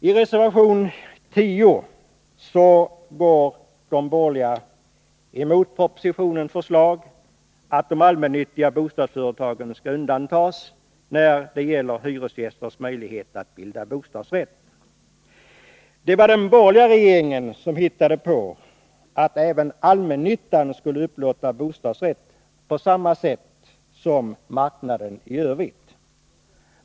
I reservation 10 går de borgerliga emot propositionens förslag att de allmännyttiga bostadsföretagen skall undantas när det gäller hyresgästernas möjlighet att bilda bostadsrätt. Det var den borgerliga regeringen som hittade på att även allmännyttan skulle upplåta bostadsrätt på samma sätt som marknaden i övrigt.